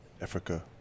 Africa